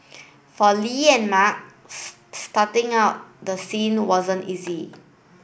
for Li and Mark starting out the scene wasn't easy